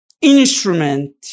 instrument